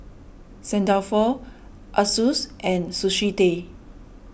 St Dalfour Asus and Sushi Tei